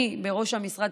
ואני בראש המשרד,